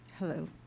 Hello